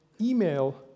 email